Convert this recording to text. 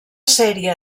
sèrie